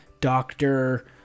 doctor